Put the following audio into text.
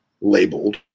labeled